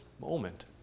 moment